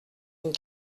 une